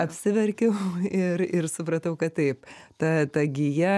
apsiverkiau ir ir supratau kad taip ta ta gija